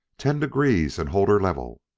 ten degrees, and hold her level.